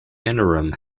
interim